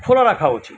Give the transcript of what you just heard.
খোলা রাখা উচিত